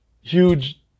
huge